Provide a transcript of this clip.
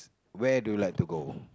where do you like to go